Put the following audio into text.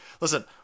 Listen